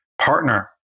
partner